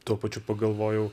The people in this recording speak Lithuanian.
tuo pačiu pagalvojau